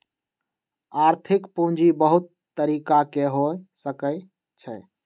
आर्थिक पूजी बहुत तरिका के हो सकइ छइ